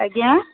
ଆଜ୍ଞା